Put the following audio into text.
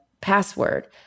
password